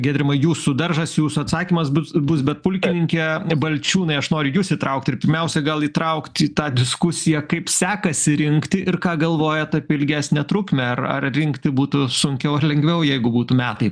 giedrimai jūsų daržas jūsų atsakymas bus bus bet pulkininke balčiūnai aš noriu jus įtraukti ir pirmiausia gal įtraukt į tą diskusiją kaip sekasi rinkti ir ką galvojat apie ilgesnę trukmę ar ar rinkti būtų sunkiau ar lengviau jeigu būtų metai